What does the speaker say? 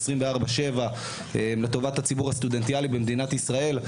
24/7 לטובת הציבור הסטודנטיאלי במדינת ישראל.